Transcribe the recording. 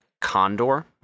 condor